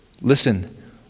Listen